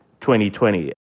2020